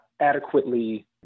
adequately